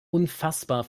unfassbar